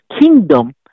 kingdom